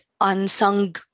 unsung